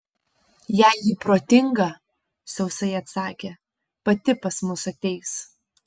jei ji protinga sausai atsakė pati pas mus ateis